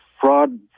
fraud